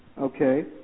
Okay